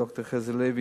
ד"ר חזי לוי,